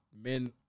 men